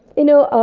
you know,